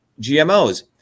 GMOs